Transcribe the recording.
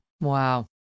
Wow